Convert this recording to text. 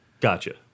Gotcha